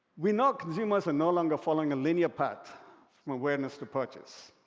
we know consumers are no longer following a linear path from awareness to purchase.